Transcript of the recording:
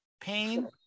pain